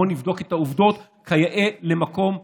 בוא נבדוק את העובדות כיאה למקום מסודר,